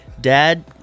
dad